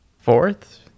fourth